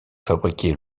fabriqué